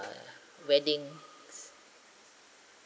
uh weddings